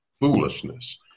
foolishness